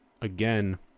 again